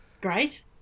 great